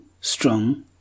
strong